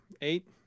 Eight